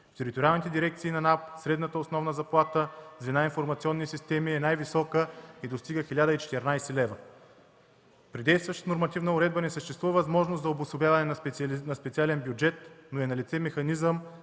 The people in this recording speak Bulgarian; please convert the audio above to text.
В териториалните дирекции на НАП средната основна заплата в звена „Информационни системи” е най-висока и достига 1014 лв. При действащата нормативна уредба не съществува възможност за обособяване на специален бюджет, но е налице механизъм